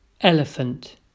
Elephant